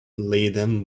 laden